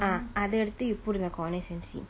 ah then you put in the corners and see